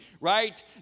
right